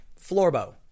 Florbo